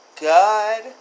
God